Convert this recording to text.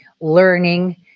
learning